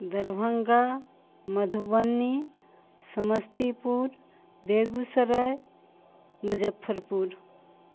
Darbhanga Madhubani Samastipur Begusarai Muzaffarpur